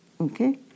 Okay